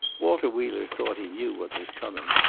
walter wheeler thought he knew what was coming,